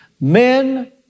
Men